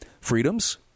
Freedoms